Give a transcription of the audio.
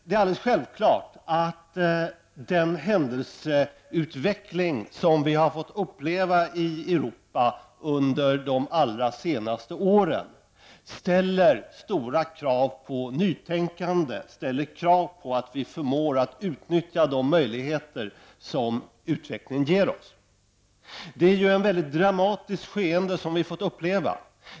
Det är alldeles självklart att den händelseutveckling som vi har fått uppleva i Europa under de allra senaste åren ställer stora krav på nytänkande och på att vi förmår att utnyttja de möjligheter som utvecklingen ger oss. Vi har fått uppleva ett mycket dramatiskt skeende.